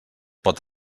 pot